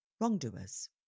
wrongdoers